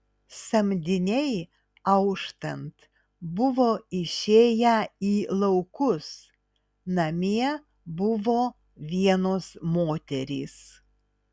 samdiniai auštant buvo išėję į laukus namie buvo vienos moterys